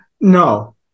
No